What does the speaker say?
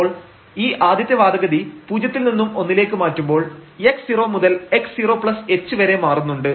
അപ്പോൾ ഈ ആദ്യത്തെ വാദഗതി പൂജ്യത്തിൽ നിന്നും ഒന്നിലേക്ക് മാറ്റുമ്പോൾ x0 മുതൽ x0h വരെ മാറുന്നുണ്ട്